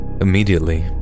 Immediately